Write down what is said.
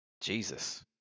Jesus